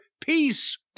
Peace